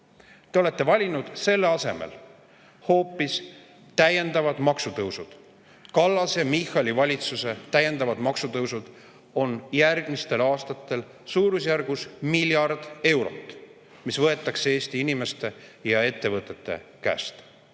olete valinud hoopis täiendavad maksutõusud. Kallase ja Michali valitsuse täiendavad maksutõusud järgmistel aastatel on suurusjärgus miljard eurot. [See raha] võetakse Eesti inimeste ja ettevõtete käest.